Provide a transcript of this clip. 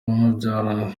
ntumwa